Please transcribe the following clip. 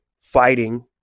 fighting